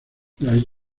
las